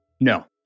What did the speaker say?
No